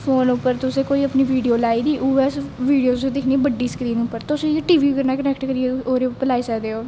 पर तुसे कोई अपनी बिडियो लाई नेईं उऐ बिडियो तुसे दिक्खनी बड्डी स्क्रीन उप्पर तुस इयां टीवी कन्नै क्नैक्ट करियै ओहदे उप्पर लाई सकदे ओ